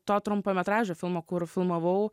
to trumpametražio filmo kur filmavau